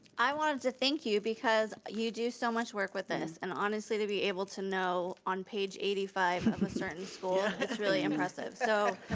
i wanted to thank you because you do so much work with us and honestly to be able to know on page eighty five of a certain school is really impressive. so,